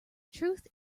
truth